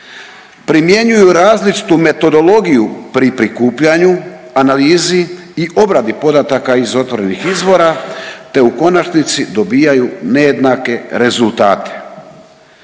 Primjenjuju različitu metodologiju pri prikupljanju, analizi i obradi podataka iz otvorenih izvora te u konačnici dobijaju nejednake rezultate.